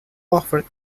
offered